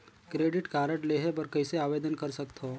Credit card लेहे बर कइसे आवेदन कर सकथव?